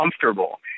comfortable